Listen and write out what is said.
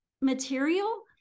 material